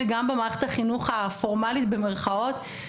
גם במערכת החינוך הפורמאלית במירכאות,